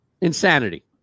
Insanity